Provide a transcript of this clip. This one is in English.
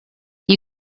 you